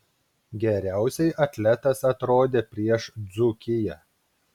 geriausiai atletas atrodė prieš dzūkiją